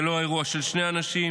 זה לא אירוע של שני אנשים.